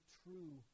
true